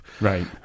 Right